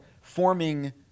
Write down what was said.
forming